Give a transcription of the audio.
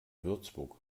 würzburg